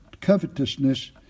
covetousness